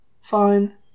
Fine